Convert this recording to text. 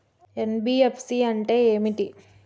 NBFC అంటే ఏమిటి?